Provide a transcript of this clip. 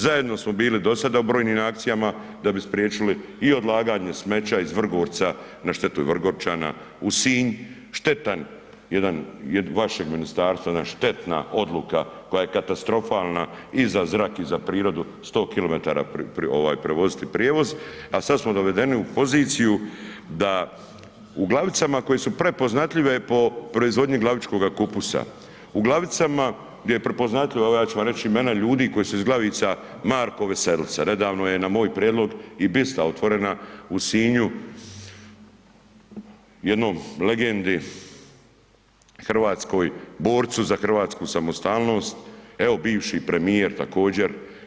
Zajedno smo bili dosada u brojnim akcijama da bi spriječili i odlaganje smeća iz Vrgorca, na štetu Vrgorčana, u Sinj, štetan jedan, vašeg ministarstva, jedna štetna odluka koja je katastrofalna i za zrak i za prirodu 100 km ovaj prevoziti prijevoz, a sad smo dovedeni u poziciju da u Glavicama koje su prepoznatljive po proizvodnji glavičkoga kupusa, u Glavicama gdje je prepoznatljivo, evo ja ću vam reći imena ljudi koji su iz Glavica, Marko Veselica, nedavno je na moj prijedlog i bista otvorena u Sinju jednom legendi hrvatskoj, borcu za Hrvatsku samostalnost, evo bivši premijer također.